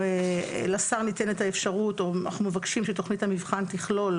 לשר ניתנת אפשרות או אנחנו מבקשים שתוכנית המבחן תכלול,